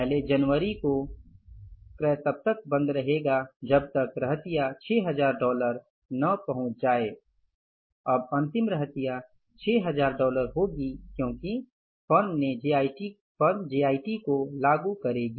पहली जनवरी को क्रय तब तक बंद रहेगा जब तक रहतिया 6000 डॉलर न पहुच जाए अब अंतिम रहतिया 6000 डॉलर होगी क्योंकि फर्म जेआईटी को लागू करेगी